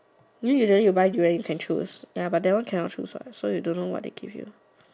you mean usually you buy durian you can choose ya but that one cannot choose what so you don't know what they give you